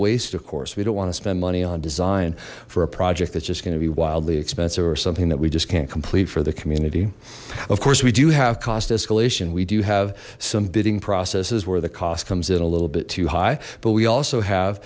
waste of course we don't want to spend money on design for a project that's just going to be wildly expensive or something that we just can't complete for the community of course we do have cost escalation we do have some bidding processes where the cost comes in a little bit too high but we also have